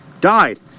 died